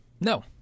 No